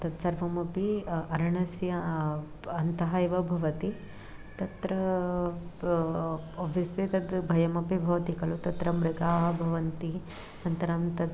तत्सर्वमपि अरण्यस्य अन्तः एव भवति तत्र आब्यस्ले तत् भयमपि भवति खलु तत्र मृगाः भवन्ति अनन्तरं तत्